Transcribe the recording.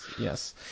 Yes